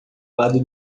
lado